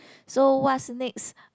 so what's next